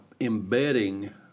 embedding